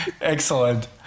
Excellent